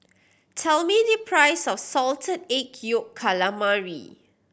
tell me the price of Salted Egg Yolk Calamari